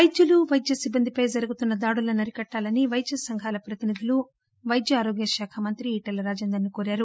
పైద్యులు వైద్య సిబ్బందిపై జరుగుతున్న దాడులను అరికట్టాలని వైద్య సంఘాల ప్రతినిధులు వైద్య ఆరోగ్య శాఖ మంత్రి ఈటల రాజేందర్ ను కోరారు